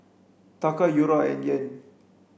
Taka Euro and Yen